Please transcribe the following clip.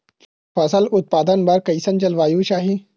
फसल उत्पादन बर कैसन जलवायु चाही?